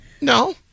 no